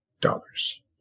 dollars